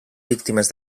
víctimes